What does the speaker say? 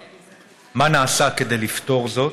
3. מה נעשה כדי לפתור זאת?